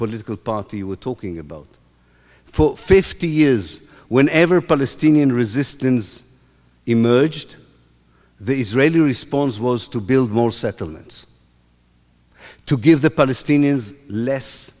political party you were talking about for fifty years whenever palestinian resistance emerged the israeli response was to build more settlements to give the palestinians less